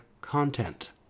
content